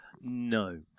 No